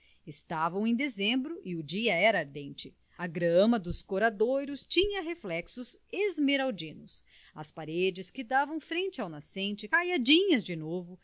estavam em dezembro e o dia era ardente a grama dos coradouros tinha reflexos esmeraldinos as paredes que davam frente ao nascente caiadinhas de novo